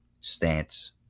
stance